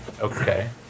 Okay